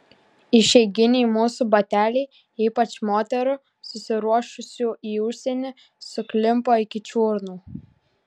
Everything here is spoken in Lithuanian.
išeiginiai mūsų bateliai ypač moterų susiruošusių į užsienį suklimpo iki čiurnų